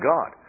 God